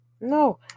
No